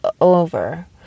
over